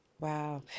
Wow